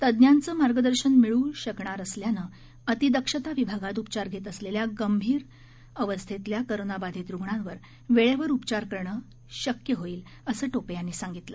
तज्ञांचं मार्गदर्शन मिळू शकणार असल्यानं अतिदक्षता विभागात उपचार घेत असलेल्या गंभीर अवस्थेतल्या कोरोनाबाधित रुग्णांवर वेळीच उपचार करणं शक्य होऊ शकेल असं टोपे यांनी सांगितलं